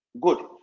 Good